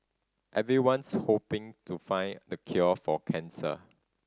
everyone's hoping to find the cure for cancer